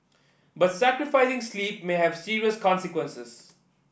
but sacrificing sleep may have serious consequences